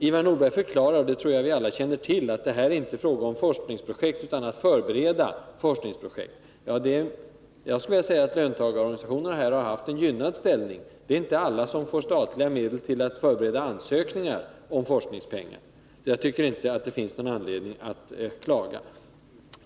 Ivar Nordberg förklarar — och det tror jag att vi alla känner till — att det inte är fråga om forskningsprojekt utan om att förbereda sådana. Jag skulle vilja säga att löntagarorganisationerna här har haft en gynnad ställning. Det är inte alla som får statliga medel till att förbereda ansökningar om forskningspengar. Jag tycker därför inte att det finns någon anledning att klaga.